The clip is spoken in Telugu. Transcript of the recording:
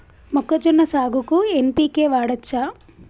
మొక్కజొన్న సాగుకు ఎన్.పి.కే వాడచ్చా?